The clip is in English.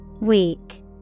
Weak